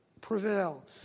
prevail